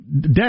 death